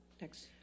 Next